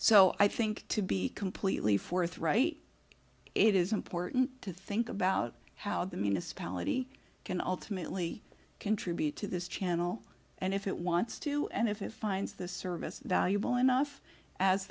so i think to be completely forthright it is important to think about how the municipality can ultimately contribute to this channel and if it wants to and if it finds the service valuable